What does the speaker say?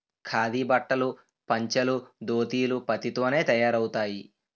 ఖాదీ బట్టలు పంచలు దోతీలు పత్తి తోనే తయారవుతాయి